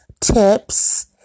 tips